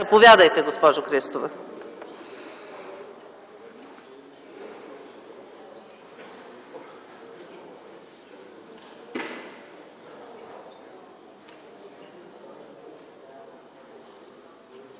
Заповядайте, госпожо Христова.